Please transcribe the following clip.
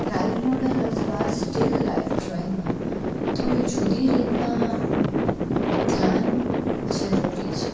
live model અથવા still live ડ્રોઇંગમાં થોડી જુદી રીતના ધ્યાન જરૂરી છે